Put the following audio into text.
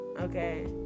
Okay